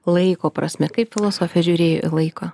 laiko prasme kaip filosofija žiūrėjo į laiko